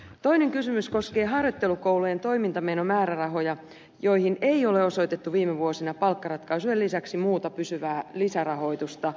toinen kysymys koskee harjoittelukoulujen toimintamenomäärärahoja joihin ei ole osoitettu viime vuosina palkkaratkaisujen lisäksi muuta pysyvää lisärahoitusta